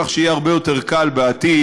כך שיהיה הרבה יותר קל בעתיד,